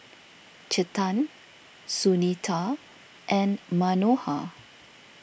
Chetan Sunita and Manohar